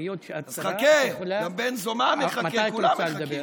חכה, גם בן זומא מחכה, כולם מחכים.